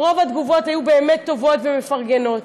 שרוב התגובות היו באמת טובות ומפרגנות,